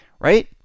right